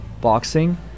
boxing